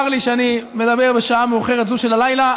צר לי שאני מדבר בשעה מאוחרת זו של הלילה,